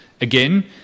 Again